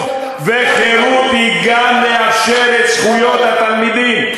וחירות היא גם לאפשר את זכויות התלמידים,